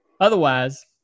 otherwise